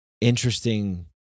interesting